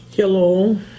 Hello